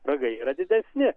ragai yra didesni